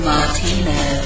Martino